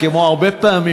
כמו הרבה פעמים,